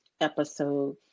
episode